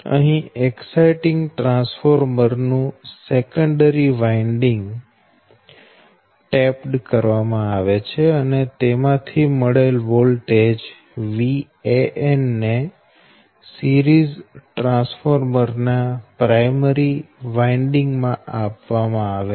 અહી exciting transformer નું secondary winding tapped કરવામાં આવે છે અને તેમાંથી મળેલ વોલ્ટેજ Van ને સિરીઝ ટ્રાન્સફોર્મર ના પ્રાયમરી વાઈન્ડીંગ માં આપવામાં આવે છે